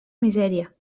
misèria